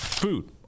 Food